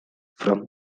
from